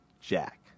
Jack